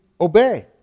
obey